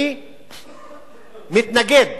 אני מתנגד